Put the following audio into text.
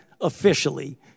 officially